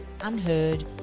unheard